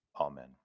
Amen